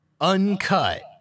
uncut